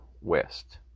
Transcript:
west